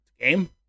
game